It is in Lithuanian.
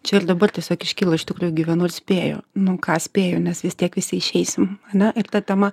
čia ir dabar tiesiog iškyla iš tikrųjų gyvenu ir spėju nu ką spėju nes vis tiek visi išeisim ane ir ta tema